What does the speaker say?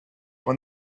when